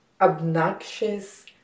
obnoxious